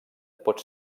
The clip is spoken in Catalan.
pot